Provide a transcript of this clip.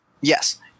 Yes